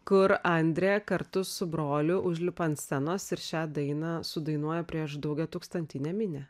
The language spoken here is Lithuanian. kur andrė kartu su broliu užlipa ant scenos ir šią dainą sudainuoja prieš daugiatūkstantinę minią